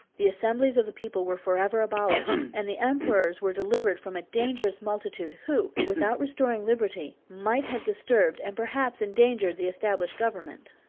the assemblies of the people were forever abolished, and the emperors were delivered from a dangerous multitude, who, without restoring liberty, might have disturbed, and perhaps endangered, the established government.